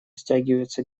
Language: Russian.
стягиваются